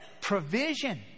provision